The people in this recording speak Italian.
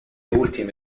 ultime